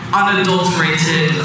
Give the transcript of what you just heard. unadulterated